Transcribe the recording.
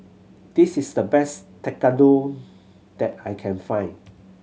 this is the best Tekkadon that I can find